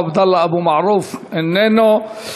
עבדאללה אבו מערוף, איננו.